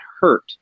hurt